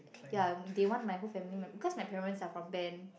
yeah they want my whole family members cause my parents are from band